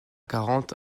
quarante